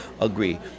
agree